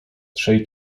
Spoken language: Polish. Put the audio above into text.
trzej